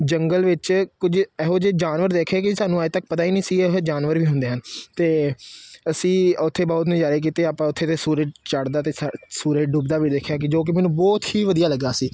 ਜੰਗਲ ਵਿੱਚ ਕੁਝ ਇਹੋ ਜਿਹੇ ਜਾਨਵਰ ਦੇਖੇ ਕਿ ਸਾਨੂੰ ਅੱਜ ਤੱਕ ਪਤਾ ਹੀ ਨਹੀਂ ਸੀ ਇਹ ਜਾਨਵਰ ਵੀ ਹੁੰਦੇ ਹਨ ਅਤੇ ਅਸੀਂ ਉੱਥੇ ਬਹੁਤ ਨਜ਼ਾਰੇ ਕੀਤੇ ਆਪਾਂ ਉੱਥੇ ਦੇ ਸੂਰਜ ਚੜਦਾ ਅਤੇ ਸ ਸੂਰਜ ਡੁੱਬਦਾ ਵੀ ਦੇਖਿਆ ਕਿ ਜੋ ਕਿ ਮੈਨੂੰ ਬਹੁਤ ਹੀ ਵਧੀਆ ਲੱਗਾ ਸੀ